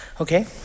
Okay